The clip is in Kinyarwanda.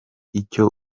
icyo